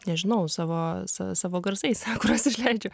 nežinau savo sa savo garsais kuriuos aš leidžiu